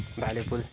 भालेपुल